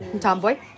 Tomboy